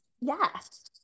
yes